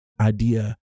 idea